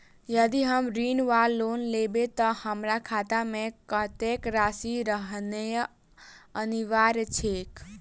यदि हम ऋण वा लोन लेबै तऽ हमरा खाता मे कत्तेक राशि रहनैय अनिवार्य छैक?